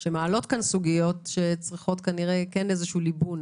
שמעלות סוגיות שמצריכות ליבון.